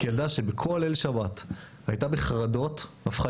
כילדה שבכל ליל שבת הייתה בחרדות הפכה